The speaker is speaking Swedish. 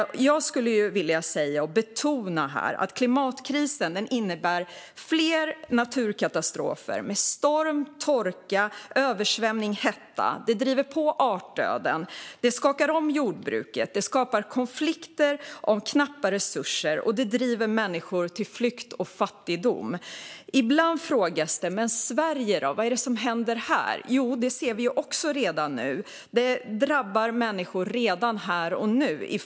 Jag skulle vilja betona att klimatkrisen innebär fler naturkatastrofer med storm, torka, översvämning och hetta. Det driver på artdöden. Det skakar om jordbruket. Det skapar konflikter om knappa resurser, och det driver människor på flykt och mot fattigdom. Ibland frågas det: Men Sverige då? Vad händer här? Det ser vi också redan nu. Det drabbar redan människor här och nu.